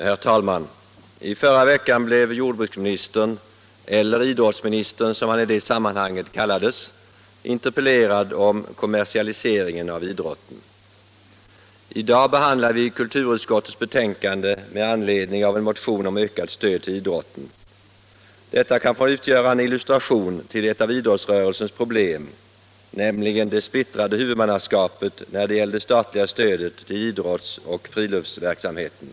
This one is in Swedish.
Herr talman! I förra veckan besvarade jordbruksministern — eller idrottsministern, som han i det sammanhanget kallades — en interpellation om kommersialiseringen av idrotten. I dag behandlar vi kulturutskottets betänkande med anledning av en motion om ökat stöd till idrotten. Detta kan få utgöra en illustration till ett av idrottsrörelsens problem, nämligen det splittrade huvudmannaskapet när det gäller det statliga stödet till idrottsoch friluftsverksamheten.